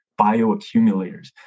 bioaccumulators